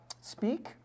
Speak